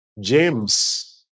James